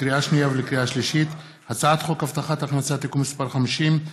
לקריאה שנייה ולקריאה שלישית: הצעת חוק הבטחת הכנסה (תיקון מס' 50),